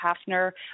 Hafner